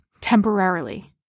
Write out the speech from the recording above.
temporarily